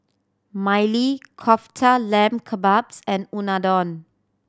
Maili Kofta Lamb Kebabs and Unadon